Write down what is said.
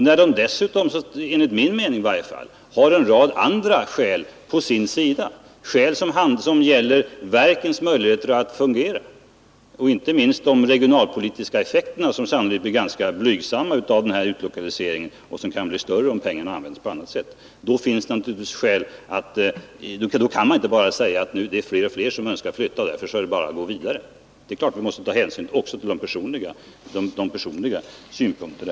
När dessutom enligt min mening en rad andra skäl som talar emot fortsatt utlokalisering — inte minst de regionalpolitiska eftersom effekterna av denna utlokalisering nog blir ganska blygsamma i förhållande till om pengarna används på annat sätt — kan man inte bara säga att fler och fler önskar flytta och att det därför enbart är att gå vidare.